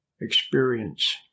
experience